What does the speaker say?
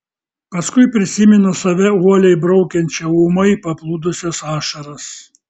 paskui prisimenu save uoliai braukiančią ūmai paplūdusias ašaras